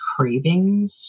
cravings